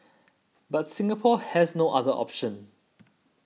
but Singapore has no other option